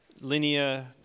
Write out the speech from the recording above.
Linear